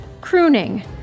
Crooning